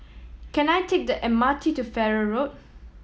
can I take the M R T to Farrer Road